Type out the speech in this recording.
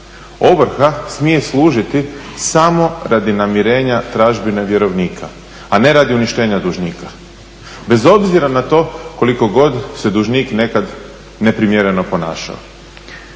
Ovrha smije služiti samo radi namirenja tražbine vjerovnika a ne radi uništenja dužnika, bez obzira na to koliko god se dužnik nekad neprimjereno ponašao.